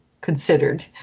considered